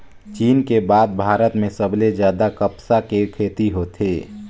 चीन के बाद भारत में सबले जादा कपसा के खेती होथे